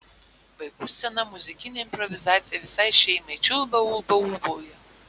vaikų scena muzikinė improvizacija visai šeimai čiulba ulba ūbauja